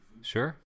Sure